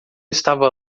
estava